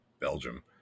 Belgium